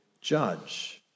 judge